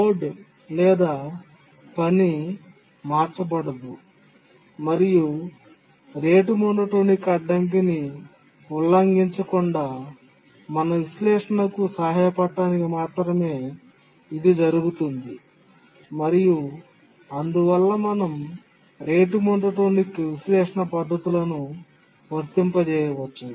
code లేదా పని మార్చబడలేదు మరియు రేటు మోనోటోనిక్ అడ్డంకిని ఉల్లంఘించకుండా మన విశ్లేషణకు సహాయపడటానికి మాత్రమే ఇది జరుగుతోంది మరియు అందువల్ల మనం రేటు మోనోటోనిక్ విశ్లేషణ పద్ధతులను వర్తింపజేయవచ్చు